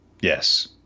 Yes